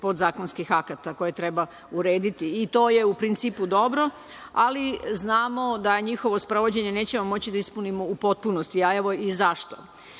podzakonskih akata koje treba urediti. To je u principu dobro, ali znamo da njihovo sprovođenje nećemo moći da ispunimo u potpunosti, a evo i zašto.